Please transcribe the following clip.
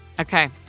Okay